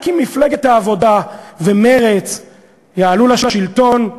רק אם מפלגת העבודה ומרצ יעלו לשלטון,